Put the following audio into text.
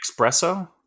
espresso